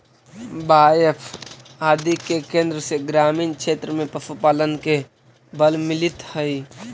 बाएफ आदि के केन्द्र से ग्रामीण क्षेत्र में पशुपालन के बल मिलित हइ